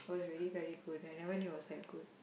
was really very good I never knew it was that good